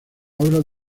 obras